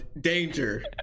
danger